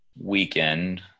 weekend